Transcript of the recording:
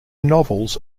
novels